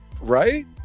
Right